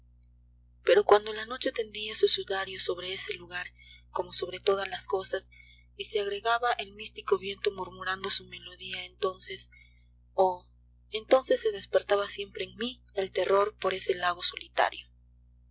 pero cuando la noche tendía su sudario sobre ese lugar como sobre todas las cosas y se agregaba el místico viento murmurando su melodía entonces oh entonces se despertaba siempre en mí el terror por ese lago solitario